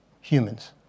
humans